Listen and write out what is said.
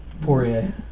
Poirier